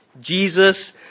Jesus